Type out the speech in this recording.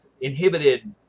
inhibited